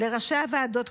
לראשי הוועדות,